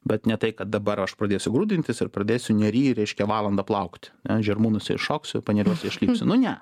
bet ne tai kad dabar aš pradėsiu grūdintis ir pradėsiu nery reiškia valandą plaukti žirmūnuose įšoksiu paneriuose išlipsiu nu ne